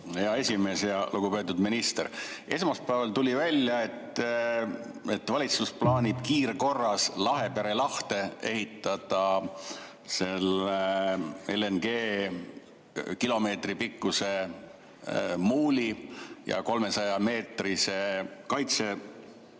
Hea esimees! Lugupeetud minister! Esmaspäeval tuli välja, et valitsus plaanib kiirkorras Lahepere lahte ehitada LNG jaoks kilomeetripikkuse muuli ja 300‑meetrise kaitsevalli